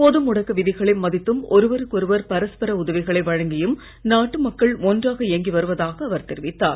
பொது முடக்க விதிகளை மதித்தும் ஒருவருக்கொருவர் பரஸ்பர உதவிகளை வழங்கியும் நாட்டு மக்கள் ஒன்றாக இயங்கி வருவதாக அவர் தெரிவித்தார்